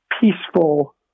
peaceful